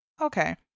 okay